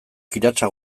kiratsa